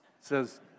says